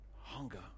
Hunger